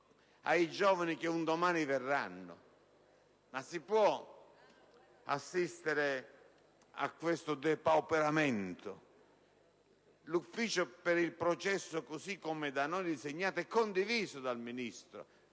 ai giovani che un domani verranno. Ma si può assistere a questo depauperamento? L'ufficio per il processo, così come da noi disegnato e condiviso dal Ministro,